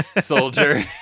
soldier